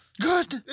Good